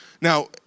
Now